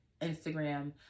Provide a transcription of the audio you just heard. Instagram